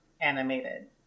animated